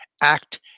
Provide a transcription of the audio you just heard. Act